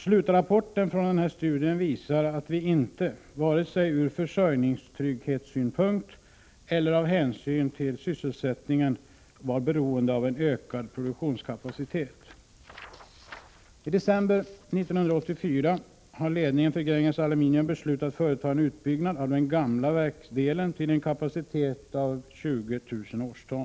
Slutrapporten från denna studie visade att vi inte vare sig ur försörjningsynpunkt eller av hänsyn till sysselsättningen var beroende av en ökad produktionskapacitet. I — Nr 114 december 1984 har ledningen för Gränges Aluminium beslutat företa en Onsdagen den utbyggnad av den gamla verksdelen till en kapacitet av 20 000 årston.